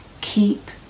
keep